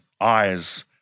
eyes